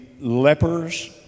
lepers